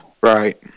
Right